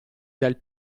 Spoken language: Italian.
dal